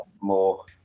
more